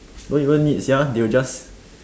don't even need sia they will just